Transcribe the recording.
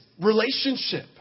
relationship